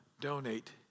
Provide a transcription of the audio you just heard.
donate